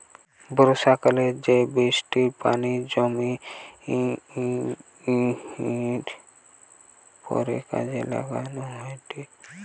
বর্ষাকালে জো বৃষ্টির পানি জমিয়ে পরে কাজে লাগানো হয়েটে